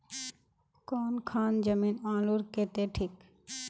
कौन खान जमीन आलूर केते ठिक?